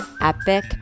epic